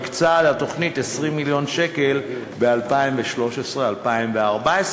הקצה לתוכנית 20 מיליון שקל ב-2013 2014,